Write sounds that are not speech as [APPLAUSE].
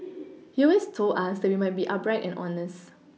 [NOISE] he always told us that we must be upright and honest